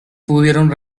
pudieron